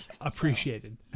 appreciated